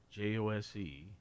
Jose